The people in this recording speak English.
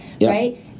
right